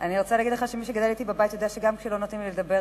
אני רוצה להגיד לך שמי שגדל אתי בבית יודע שגם כשלא נותנים לי לדבר,